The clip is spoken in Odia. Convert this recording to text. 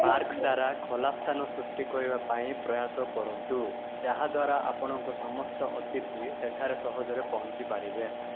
ପାର୍କ୍ ସାରା ଖୋଲା ସ୍ଥାନ ସୃଷ୍ଟି କରିବା ପାଇଁ ପ୍ରୟାସ କରନ୍ତୁ ଯାହାଦ୍ୱାରା ଆପଣଙ୍କ ସମସ୍ତ ଅତିଥି ସେଠାରେ ସହଜରେ ପହଞ୍ଚିପାରିବେ